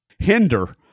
hinder